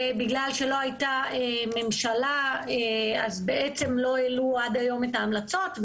בגלל שלא הייתה ממשלה לא העלו עד היום את ההמלצות.